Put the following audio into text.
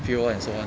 fuel and so on